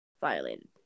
violated